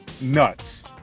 Nuts